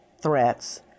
threats